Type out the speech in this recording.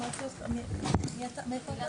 אנחנו מחכים עדיין לסטייקים, אבל זה בדיון החמישי.